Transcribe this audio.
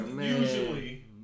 Usually